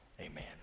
Amen